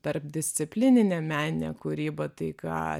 tarpdisciplininę meninę kūrybą tai ką